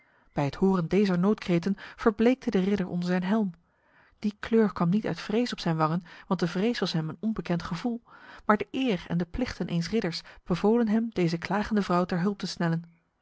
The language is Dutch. bij het horen dezer noodkreten verbleekte de ridder onder zijn helm die kleur kwam niet uit vrees op zijn wangen want de vrees was hem een onbekend gevoel maar de eer en de plichten eens ridders bevolen hem deze klagende vrouw ter hulp te snellen